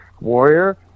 warrior